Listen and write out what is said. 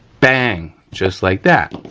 bang! just like that.